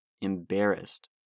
embarrassed